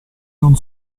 non